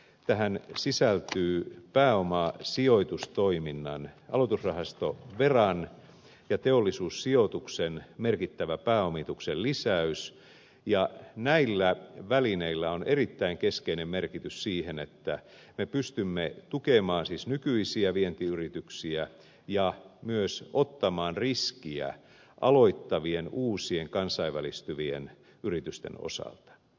tähän sisältyy pääomasijoitustoiminnan aloitusrahasto veran ja teollisuussijoituksen merkittävä pääomituksen lisäys ja näillä välineillä on erittäin keskeinen merkitys sille että me pystymme tukemaan siis nykyisiä vientiyrityksiä ja myös ottamaan riskiä aloittavien uusien kansainvälistyvien yritysten osalta